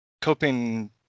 coping